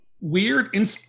weird